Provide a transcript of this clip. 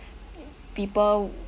people